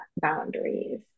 boundaries